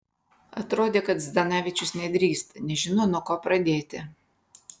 atrodė kad zdanavičius nedrįsta nežino nuo ko pradėti